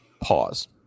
pause